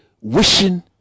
wishing